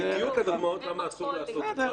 בדיוק הדוגמאות למה אסור לעשות את זה.